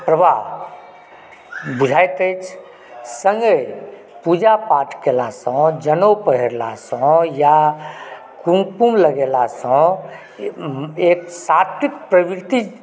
प्रवाह बुझाइत अछि सङ्गे पूजा पाठ केलासंँ जनउ पहिरलासंँ या कुमकुम लगेलासंँ एक सात्विक परिवृति